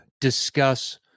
discuss